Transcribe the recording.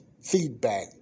feedback